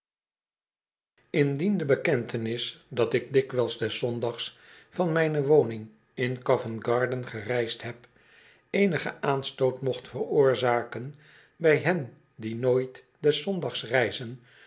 indien de bekentenis dat ik dikwijls des zondags van mijne woning in co vent garden gereisd heb eenigen aanstoot mocht veroorzaken bij hen die nooit des zondags reizen